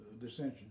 dissension